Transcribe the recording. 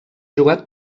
jugar